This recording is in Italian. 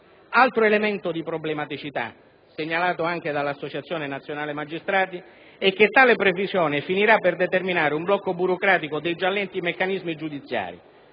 Altro elemento di problematicità, segnalato anche dall'Associazione nazionale magistrati, è che tale previsione finirà per determinare un blocco burocratico dei già lenti meccanismi giudiziari: